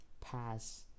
pass